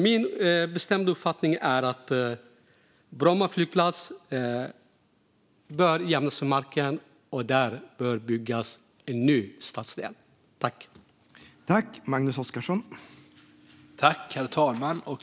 Min bestämda uppfattning är därför att Bromma flygplats bör jämnas med marken och att det bör byggas en ny stadsdel där.